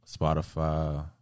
Spotify